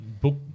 book